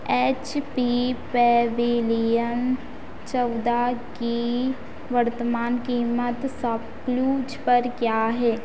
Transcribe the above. H P Pavilion चौदह की वर्तमान क़ीमत सपक्लूज़ पर क्या है